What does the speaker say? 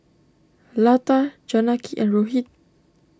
Lata Janaki and Rohit